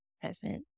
present